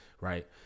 right